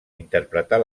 interpretar